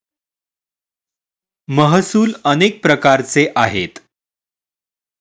महसूल अनेक प्रकारचे आहेत